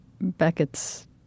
Beckett's